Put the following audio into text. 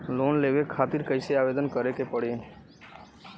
Loan लेवे खातिर कइसे आवेदन करें के पड़ी?